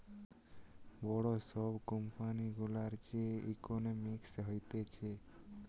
বড় সব কোম্পানি গুলার যে ইকোনোমিক্স হতিছে